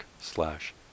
slash